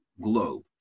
globe